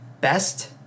Best